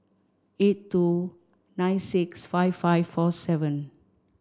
eight two nine six five five four seven